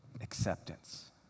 acceptance